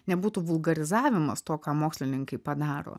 nebūtų vulgarizavimas to ką mokslininkai padaro